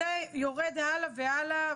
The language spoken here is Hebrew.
כי לא הייתה מירב בן ארי שתשים חקיקה,